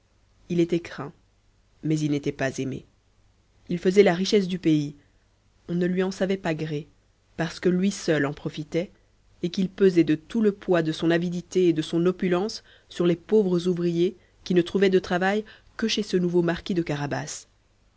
il était craint mais il n'était pas aimé il faisait la richesse du pays on ne lui en savait pas gré parce que lui seul en profitait et qu'il pesait de tout le poids de son avidité et de son opulence sur les pauvres ouvriers qui ne trouvaient de travail que chez ce nouveau marquis de carabas